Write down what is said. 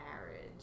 marriage